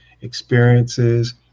experiences